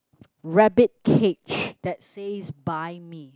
rabbit cage that says by me